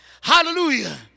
Hallelujah